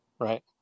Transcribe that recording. right